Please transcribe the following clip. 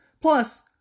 Plus